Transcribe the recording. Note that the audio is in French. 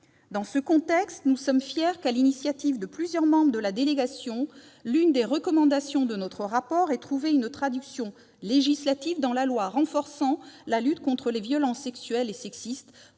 Dans ce contexte, nous sommes fiers que, sur l'initiative de plusieurs membres de la délégation, l'une des recommandations de notre rapport ait trouvé une traduction législative dans la loi renforçant la lutte contre les violences sexuelles et sexistes